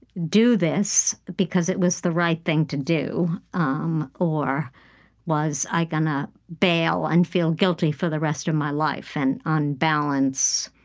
do this because it was the right thing to do, um or was i going to bail and feel guilty for the rest of my life? and on balance,